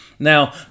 Now